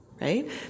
right